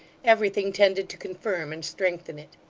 everything tended to confirm and strengthen it.